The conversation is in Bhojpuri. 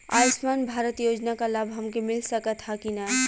आयुष्मान भारत योजना क लाभ हमके मिल सकत ह कि ना?